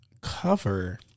cover